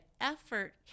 effort